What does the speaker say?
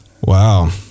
Wow